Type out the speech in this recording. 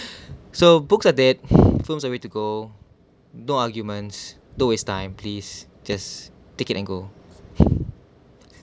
so books are dead films are way to go no arguments don't waste time please just take it and go